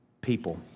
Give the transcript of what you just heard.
people